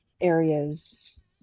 areas